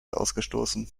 ausgestoßen